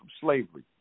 slavery